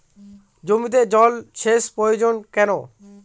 জমিতে জল সেচ প্রয়োজন কেন?